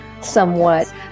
somewhat